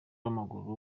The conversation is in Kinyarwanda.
w’amaguru